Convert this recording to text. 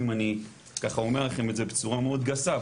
אם אני ככה אומר לכם את זה בצורה מאוד גסה,